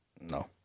No